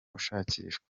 ushakishwa